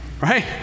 right